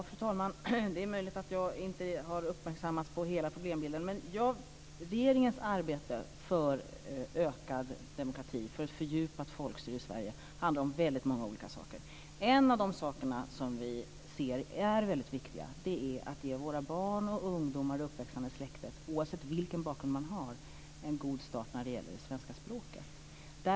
Fru talman! Det är möjligt att jag inte har uppmärksammats på hela problembilden. Regeringens arbete för ökad demokrati och för ett fördjupat folkstyre i Sverige handlar om väldigt många olika saker. En av de saker som vi ser som mycket viktigt är att ge våra barn och ungdomar, det uppväxande släktet, oavsett vilken bakgrund de har, en god start när det gäller det svenska språket.